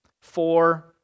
four